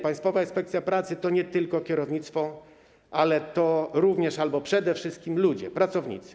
Państwowa Inspekcja Pracy to nie tylko kierownictwo, ale również albo przede wszystkim ludzie, pracownicy.